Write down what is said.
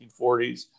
1940s